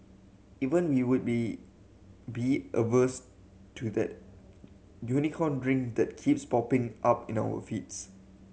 even we would be be averse to that Unicorn Drink that keeps popping up in our feeds